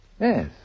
Yes